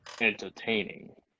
entertaining